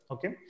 Okay